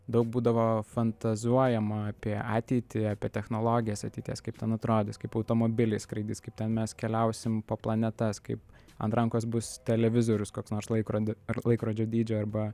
daug būdavo fantazuojama apie ateitį apie technologijas ateities kaip ten atrodys kaip automobiliai skraidys kaip ten mes keliausim po planetas kaip ant rankos bus televizorius koks nors laikrodį ar laikrodžio dydžio arba